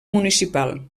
municipal